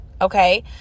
okay